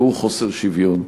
והוא חוסר שוויון.